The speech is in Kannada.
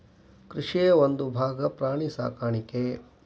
ಕೃಷಿಯ ಒಂದುಭಾಗಾ ಪ್ರಾಣಿ ಸಾಕಾಣಿಕೆ